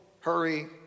hurry